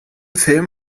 film